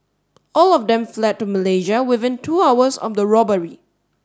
all of them fled to Malaysia within two hours of the robbery